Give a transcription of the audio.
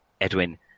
Edwin